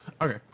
Okay